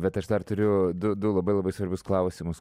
bet aš dar turiu du du labai labai svarbius klausimus